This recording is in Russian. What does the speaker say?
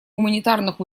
гуманитарных